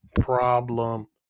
Problem